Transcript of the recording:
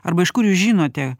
arba iš kur jūs žinote